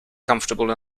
comfortable